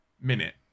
minute